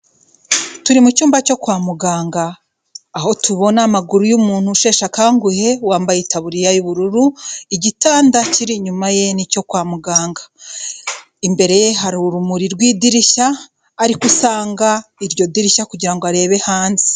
Turi mu cyumba cyo kwa muganga, aho tubona amaguru y'umuntu usheshe akanguhe wambaye itaburiya y'ubururu, igitanda kiri inyuma ye ni icyo kwa muganga, imbere ye hari urumuri rw'idirishya, ari gusanga iryo dirishya kugira ngo arebe hanze.